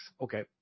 okay